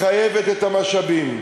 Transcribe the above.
חייבת את המשאבים.